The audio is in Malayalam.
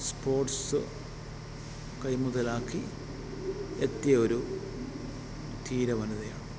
സ്പോർട്സ് കൈ മുതലാക്കി എത്തിയ ഒരു ധീര വനിതയാണ്